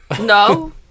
No